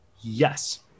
Yes